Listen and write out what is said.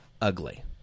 Ugly